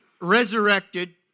resurrected